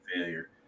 failure